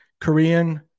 Korean